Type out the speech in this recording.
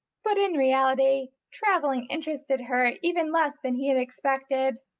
but in reality travelling interested her even less than he had expected.